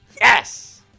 Yes